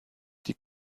die